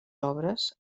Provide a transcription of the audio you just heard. obres